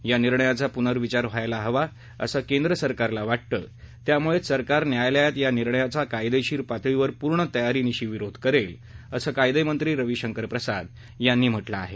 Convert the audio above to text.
या निर्णयाचा पुनर्विचार व्हायला हवा असं केंद्र सरकारला वाटतं त्यामुळेच सरकार न्यायालयात या निर्णयाचा कायदेशीर पातळीवर पूर्ण तयारीनिशी विरोध करेल असं कायदेमंत्री रविशंकर प्रसाद यांनी म्हटलं आहे